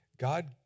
God